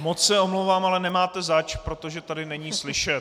Moc se omlouvám, ale nemáte zač, protože tady není slyšet.